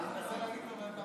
אני מנסה להגיד לך, ואתה בלהט.